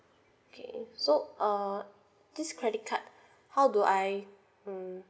okay so uh this credit card how do I um